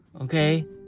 okay